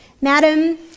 Madam